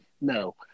No